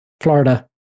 Florida